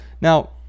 Now